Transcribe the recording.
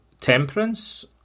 temperance